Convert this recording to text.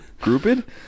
Grouped